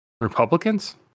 Republicans